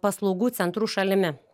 paslaugų centrų šalimi